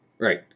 Right